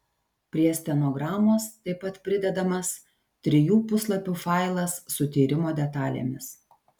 prie stenogramos taip pat pridedamas trijų puslapių failas su tyrimo detalėmis